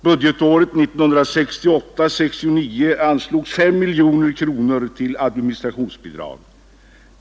Budgetåret 1968/69 anslogs 5 miljoner kronor till administrationsbidrag.